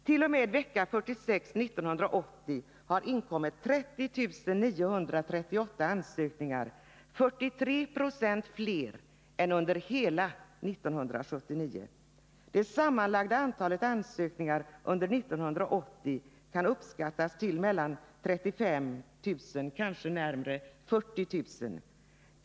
T. o. m. vecka 46 år 1980 har det inkommit 30 938 ansökningar — 43 4 fler än under hela 1979. Det sammanlagda antalet ansökningar under 1980 kan uppskattas till 35 000, kanske närmare 40000.